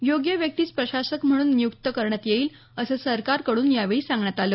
योग्य व्यक्तीस प्रशासक म्हणून नियुक्त करण्यात येईल असं सरकारकडून यावेळी सांगण्यात आलं